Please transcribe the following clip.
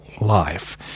life